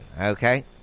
Okay